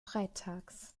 freitags